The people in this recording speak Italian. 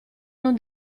non